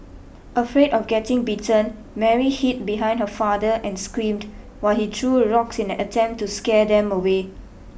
afraid of getting bitten Mary hid behind her father and screamed while he threw rocks in an attempt to scare them away